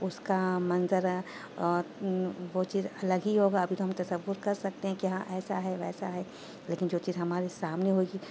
اس کا منظر وہ چیز الگ ہی ہوگا ابھی تو ہم تصور کر سکتے ہیں کہ ہاں ایسا ہے ویسا ہے لیکن جو چیز ہمارے سامنے ہوئے گی